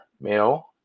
male